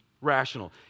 rational